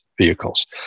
vehicles